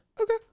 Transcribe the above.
Okay